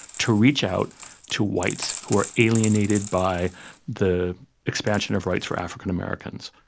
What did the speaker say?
to reach out to whites who are alienated by the expansion of rights for african americans.